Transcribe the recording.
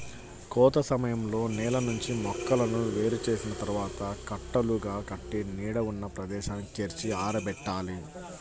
కోత సమయంలో నేల నుంచి మొక్కలను వేరు చేసిన తర్వాత కట్టలుగా కట్టి నీడ ఉన్న ప్రదేశానికి చేర్చి ఆరబెట్టాలి